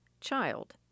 child